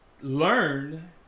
learn